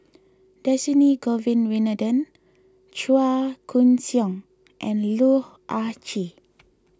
Dhershini Govin Winodan Chua Koon Siong and Loh Ah Chee